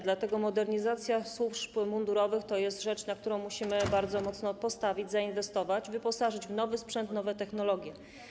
Dlatego modernizacja służb mundurowych to jest rzecz, na którą musimy bardzo mocno postawić, musimy zainwestować, wyposażyć w nowy sprzęt, nowe technologie.